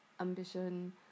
Ambition